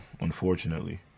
unfortunately